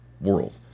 world